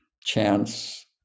chance